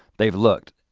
they've looked,